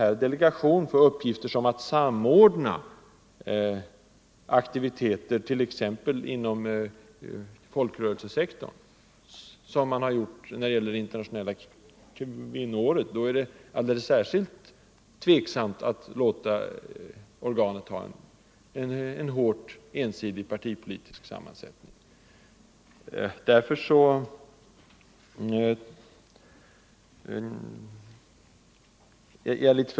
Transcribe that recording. Om delegationen får i uppdrag att samordna aktiviteter t.ex. inom folkrörelsesektorn, såsom skett när det gäller det internationella kvinnoåret, framstår det som alldeles särskilt tveksamt att den har en ensidig partipolitisk sammansättning.